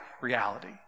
reality